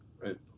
right